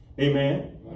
Amen